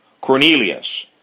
Cornelius